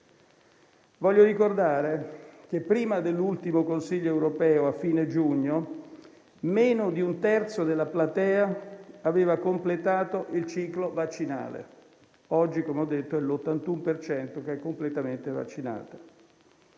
Voglio ricordare che prima dell'ultimo Consiglio europeo, a fine giugno, meno di un terzo della platea aveva completato il ciclo vaccinale. Oggi, come ho detto, l'81 per cento è completamente vaccinato.